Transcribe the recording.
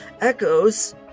echoes